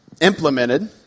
implemented